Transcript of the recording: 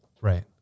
Right